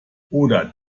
oder